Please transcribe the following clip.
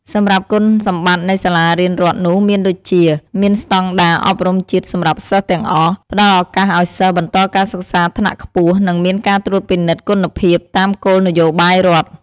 សម្រាប់គុណសម្បត្តិនៃសាលារៀនរដ្ឋនោះមានដូចជា មានស្តង់ដារអប់រំជាតិសម្រាប់សិស្សទាំងអស់ ផ្ដល់ឱកាសឲ្យសិស្សបន្តការសិក្សាថ្នាក់ខ្ពស់ និងមានការត្រួតពិនិត្យគុណភាពតាមគោលនយោបាយរដ្ឋ។